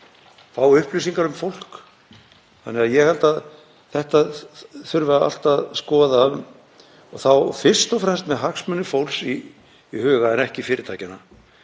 fá upplýsingar um fólk. Ég held að þetta þurfi allt að skoða og þá fyrst og fremst með hagsmuni fólks í huga en ekki fyrirtækjanna.